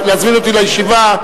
להזמין אותי לישיבה,